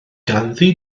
ganddi